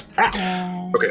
Okay